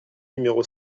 numéro